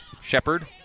Shepard